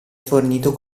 fornito